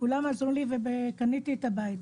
כולם עזרו לי וקניתי את הבית.